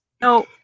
No